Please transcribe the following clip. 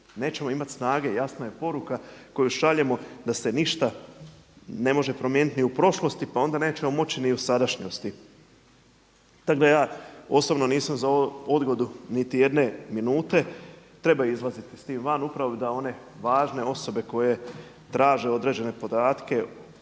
Nećemo imati snage. Jasna je poruka koju šaljemo da se ništa ne može promijeniti ni u prošlosti, pa onda nećemo moći ni u sadašnjosti. Tako da ja osobno nisam za odgodu niti jedne minute. Treba izlaziti s tim van upravo da one važne osobe koje traže određene podatke